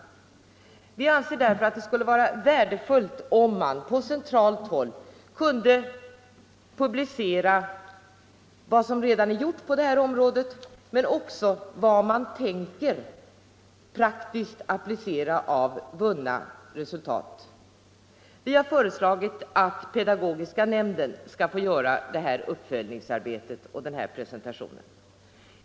Därför anser vi att det skulle vara värdefullt om man på centralt håll kunde publicera vad som redan är gjort på detta område och också vad man tänker praktiskt applicera av vunna resultat. Vi har föreslagit att pedagogiska nämnden skall få göra detta uppföljningsarbete och denna presentation.